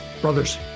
Brothers